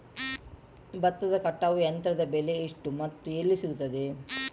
ಭತ್ತದ ಕಟಾವು ಯಂತ್ರದ ಬೆಲೆ ಎಷ್ಟು ಮತ್ತು ಎಲ್ಲಿ ಸಿಗುತ್ತದೆ?